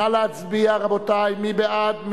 נא להצביע, רבותי, מי בעד?